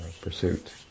pursuit